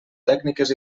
tècniques